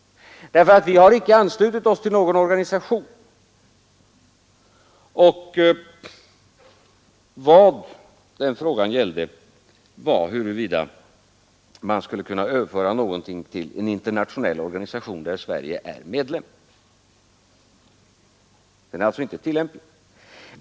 Vi har nämligen inte anslutit oss till någon organisation. Vad frågan gällde när den grundlagsändringen genomfördes var huruvida man skulle kunna överföra befogenheter till en internationell organisation där Sverige är medlem. Den grundlagsbestämmelsen är alltså inte tillämplig i detta fall.